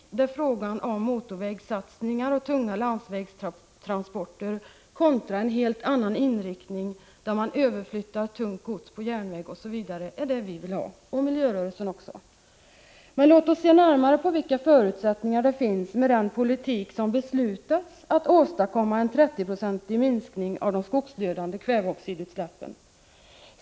Det är fråga om motorvägssatsningar och tunga landsvägstransporter kontra en helt annan inriktning, där man överflyttar tungt gods till järnväg, osv. Det är den inriktning som vi vill ha — och också miljörörelsen. Men låt oss se närmare på vilka förutsättningar det finns att med den politik som beslutats åstadkomma en 30-procentig minskning av de skogsdödande kväveoxidutsläppen.